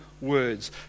words